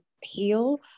heal